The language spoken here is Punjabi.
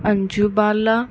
ਅੰਜੂ ਬਾਲਾ